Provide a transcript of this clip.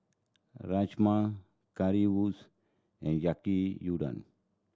Rajma Currywurst and Yaki Udon